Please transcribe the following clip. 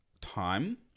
time